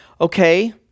okay